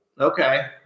Okay